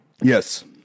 Yes